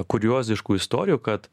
kurioziškų istorijų kad